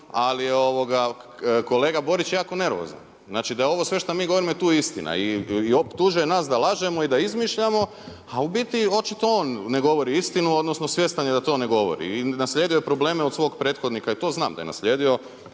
ali kolega Borić je jako nervozan. Znači da je ovo sve što mi govorimo tu je istina. I optužuje nas da lažemo i da izmišljamo, a u biti očito on ne govori istinu, odnosno svjestan je da to ne govori. I naslijedio je probleme od svog prethodnika i to znam da je naslijedio,